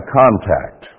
contact